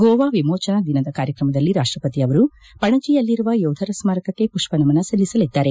ಗೋವಾ ವಿಮೋಜನಾ ದಿನ ಕಾರ್ಯಕ್ರಮದಲ್ಲಿ ರಾಷ್ಟಪತಿ ಅವರು ಪಣಜಿಯಲ್ಲಿರುವ ಯೋಧರ ಸ್ಮಾರಕಕ್ಕೆ ಮಪ್ಪ ನಮನ ಸಲ್ಲಿಸಲಿದ್ದಾರೆ